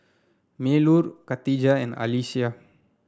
Melur Khatijah and Alyssa